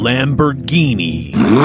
Lamborghini